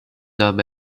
nahm